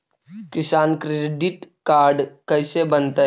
किसान credit card कैसे बनतै?